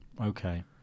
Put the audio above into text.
Okay